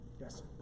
Yes